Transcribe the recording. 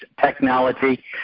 technology